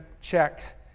checks